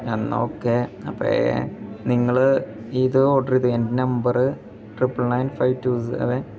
എന്നാൽ ഓക്കേ അപ്പം നിങ്ങൾ ഇത് ഓർഡർ ചെയ്തോ എൻ്റെ number triple nine five two seven